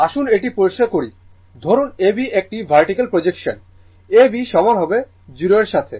আসুন এটি পরিষ্কার করি ধরুন A B একটি ভার্টিকাল প্রজেকশন A B সমান হবে O A এর সাথে